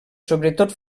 sobretot